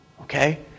Okay